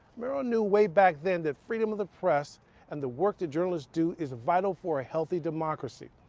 murrow knew way back then that freedom of the press and the work that journalists do is vital for a healthy democracy.